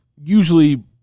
usually